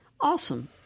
Awesome